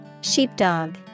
Sheepdog